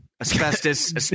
asbestos